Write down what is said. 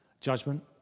judgment